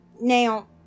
now